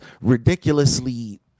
ridiculously